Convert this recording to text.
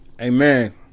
Amen